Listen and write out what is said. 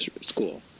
school